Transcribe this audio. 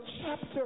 chapter